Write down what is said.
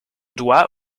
doigt